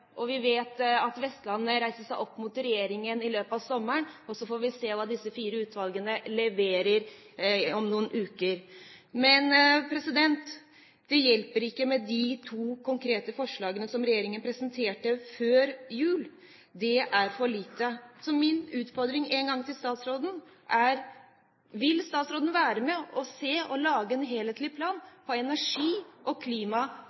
og vi vet at Vestlandet reiste seg opp mot regjeringen i løpet av sommeren. Og så får vi se hva disse fire utvalgene leverer om noen uker. Det hjelper ikke med de to konkrete forslagene som regjeringen presenterte før jul. Det er for lite. Så min utfordring til statsråden er: Vil statsråden være med og lage en helhetlig plan for energi og klima